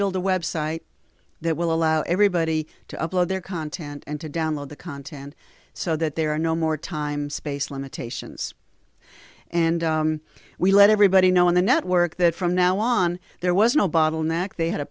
build a website that will allow everybody to upload their content and to download the content so that there are no more time space limitations and we let everybody know on the network that from now on there was no bottleneck they had a